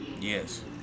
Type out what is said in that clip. Yes